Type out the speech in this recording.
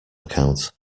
account